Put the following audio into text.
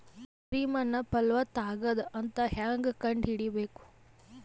ಕರಿ ಮಣ್ಣು ಫಲವತ್ತಾಗದ ಅಂತ ಹೇಂಗ ಕಂಡುಹಿಡಿಬೇಕು?